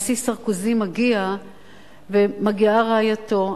הנשיא סרקוזי מגיע ומגיעה רעייתו,